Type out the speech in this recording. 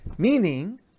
Meaning